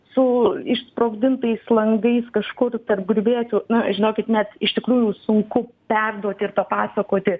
su išsprogdintais langais kažkur tarp griuvėsių na žinokit net iš tikrųjų sunku perduoti ir papasakoti